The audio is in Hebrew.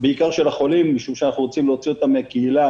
בעיקר של החולים משום שאנחנו רוצים להוציא אותם מן הקהילה